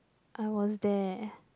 I was there